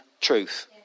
truth